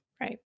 right